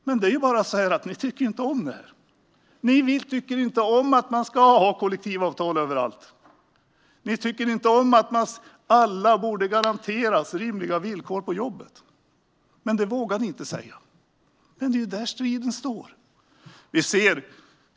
Men det är bara så att ni inte tycker om det här. Ni tycker inte om att man ska ha kollektivavtal överallt. Ni tycker inte om att alla borde garanteras rimliga villkor på jobbet. Men det vågar ni inte säga. Det är där striden står.